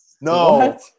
no